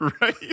Right